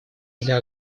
для